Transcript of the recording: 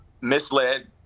misled